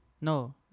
No